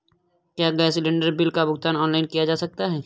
क्या gas cylinder bill का भुगतान ऑनलाइन किया जा सकता है?